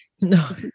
No